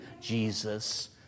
Jesus